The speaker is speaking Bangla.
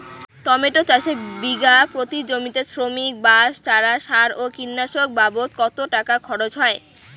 টমেটো চাষে বিঘা প্রতি জমিতে শ্রমিক, বাঁশ, চারা, সার ও কীটনাশক বাবদ কত টাকা খরচ হয়?